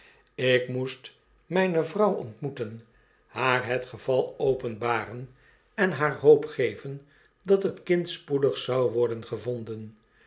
ik moest myne vrouw ontmoeten haar het geval openbaren en haar hoop geven dat het kind spoedig zou worden gevonden